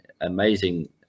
amazing